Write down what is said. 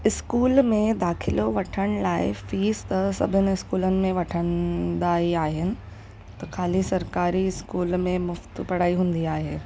school में दाख़िलो वठण लाइ फीस त सभिनि स्कूलनि में वठंदा ई आहिनि त खाली सरकारी स्कूल में मुफ़्ति पढ़ाई हूंदी आहे